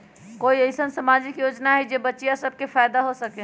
कोई अईसन सामाजिक योजना हई जे से बच्चियां सब के फायदा हो सके?